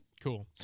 Cool